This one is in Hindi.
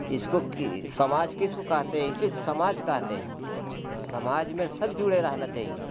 इसको समाज की सुख कहते हैं इसी समाज कहते हैं समाज में सब जुड़े रहना चाहिए